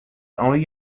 only